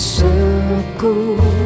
circle